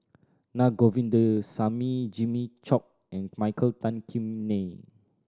Na Govindasamy Jimmy Chok and Michael Tan Kim Nei